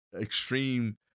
extreme